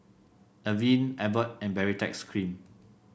Avene Abbott and Baritex Cream